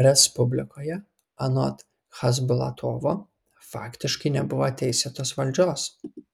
respublikoje anot chasbulatovo faktiškai nebuvo teisėtos valdžios